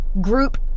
group